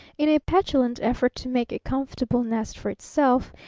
in a petulant effort to make a comfortable nest for itself,